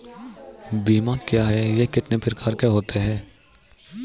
बीमा क्या है यह कितने प्रकार के होते हैं?